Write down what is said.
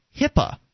HIPAA